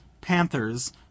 panthers